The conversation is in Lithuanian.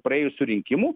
praėjusių rinkimų